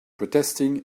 protesting